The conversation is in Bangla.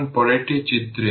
সুতরাং এটি 05 di1 dt